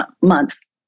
months